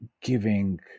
giving